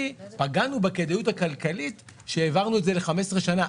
פגענו בכדאיות הכלכלית שהעברנו את זה ל-15 שנה.